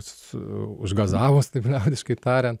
su užgazavus taip liaudiškai tarian